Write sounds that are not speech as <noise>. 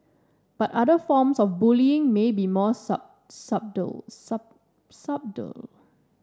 but other forms of bullying may be more <unintelligible> subtle <unintelligible> subtle